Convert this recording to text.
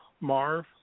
Marv